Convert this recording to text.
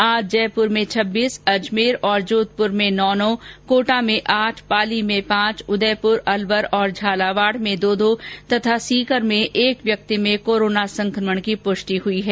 आज जयपुर में छब्बीस अजमेर और जोधपुर में नौ नौ कोटा में आठ पाली में पांच उदयपुर अलवर और झालावाड में दो दो तथा सीकर में एक व्यक्ति में कोरोना संकमण की प्रष्टि हुई है